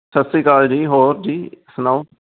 ਸਤਿ ਸ਼੍ਰੀ ਅਕਾਲ ਜੀ ਹੋਰ ਜੀ ਸੁਣਾਓ